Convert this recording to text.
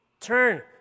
Turn